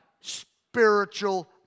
spiritual